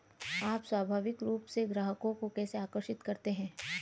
आप स्वाभाविक रूप से ग्राहकों को कैसे आकर्षित करते हैं?